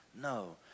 no